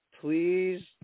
please